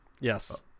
Yes